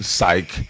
Psych